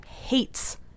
hates